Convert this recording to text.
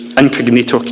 incognito